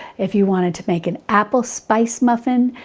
if you wanted to make an apple spice muffin,